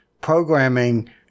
programming